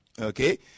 okay